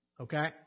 Okay